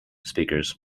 speakers